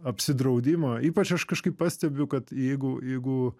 apsidraudimo ypač aš kažkaip pastebiu kad jeigu jeigu